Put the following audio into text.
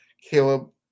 Caleb